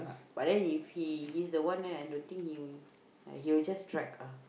but then if he he's the one then I don't think he will ya he will just drag ah